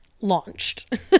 launched